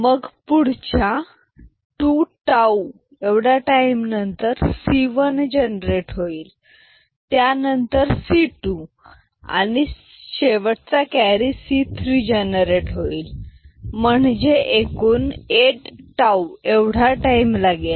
मग पुढच्या 2 tau time नंतर C1 जनरेट होईल त्यानंतर C2 आणि शेवटचा कॅरी C3 जनरेट होईल म्हणजे एकूण 8 टाऊ एवढा टाईम लागेल